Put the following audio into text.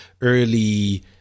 early